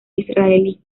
israelí